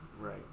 Right